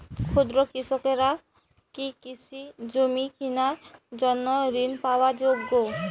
ক্ষুদ্র কৃষকরা কি কৃষিজমি কিনার জন্য ঋণ পাওয়ার যোগ্য?